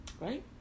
right